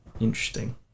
Interesting